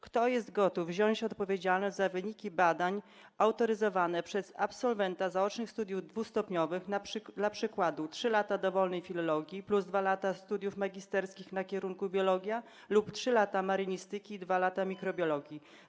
Kto jest gotów wziąć odpowiedzialność za wyniki badań autoryzowane przez absolwenta zaocznych studiów dwustopniowych, np. 3 lata dowolnej filologii plus 2 lata studiów magisterskich na kierunku biologia lub 3 lata marynistyki i 2 lata mikrobiologii?